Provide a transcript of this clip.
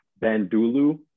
Bandulu